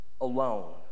alone